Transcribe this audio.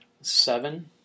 seven